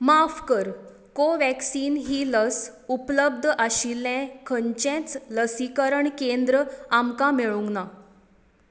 माफ कर कोव्हॅक्सिन ही लस उपलब्ध आशिल्लें खंयचेंच लसिकरण केंद्र आमकां मेळूंक ना